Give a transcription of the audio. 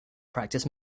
practice